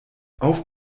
auf